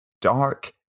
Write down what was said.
Dark